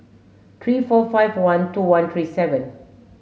three four five one two one three seven